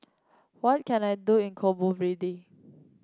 what can I do in Cabo Verde